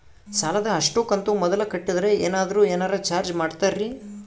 ಸಾಲದ ಅಷ್ಟು ಕಂತು ಮೊದಲ ಕಟ್ಟಿದ್ರ ಏನಾದರೂ ಏನರ ಚಾರ್ಜ್ ಮಾಡುತ್ತೇರಿ?